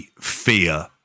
fear